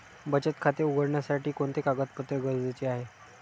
बचत खाते उघडण्यासाठी कोणते कागदपत्रे गरजेचे आहे?